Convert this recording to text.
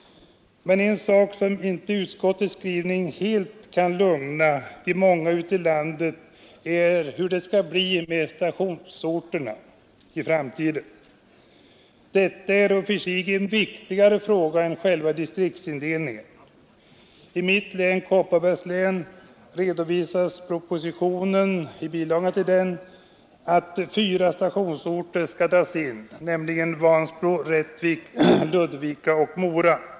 Utskottets skrivning kan dock inte helt lugna de många ute i landet som är oroliga över hur det i framtiden skall bli med stationsorterna. Detta är i och för sig en viktigare fråga än själva distriktsindelningen. För mitt län, Kopparbergs län, redovisas i en bilaga till propositionen att fyra stationsorter skall dras in, nämligen Vansbro, Rättvik, Ludvika och Mora.